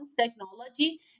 technology